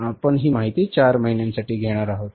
आम्ही ही माहिती 4 महिन्यांसाठी घेणार आहोत